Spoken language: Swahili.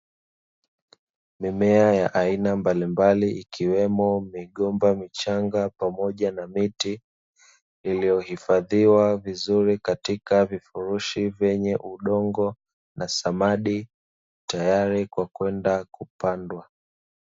Mimea ya aina mbalimbali, ikiwemo; migomba michanga, pamoja na miti iliyohifadhiwa vizuri katika vifurushi vyenye udongo na samadi, tayari kwa kwenda kupandwa.